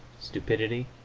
stupidity,